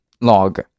log